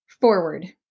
forward